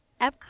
Epcot